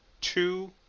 two